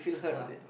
what they